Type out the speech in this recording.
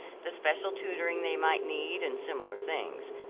the special tutoring they might need, and similar things.